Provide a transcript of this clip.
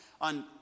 on